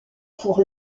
pour